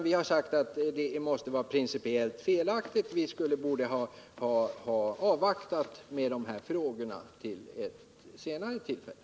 Vi har sagt att man borde ha väntat med behandlingen av dessa frågor till ett senare tillfälle.